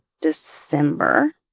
December